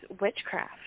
witchcraft